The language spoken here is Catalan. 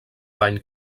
bany